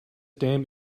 damn